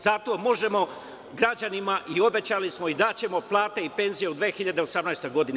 Zato možemo građanima, obećali smo i daćemo plate i penzije u 2018. godini.